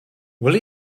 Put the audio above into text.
will